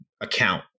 Account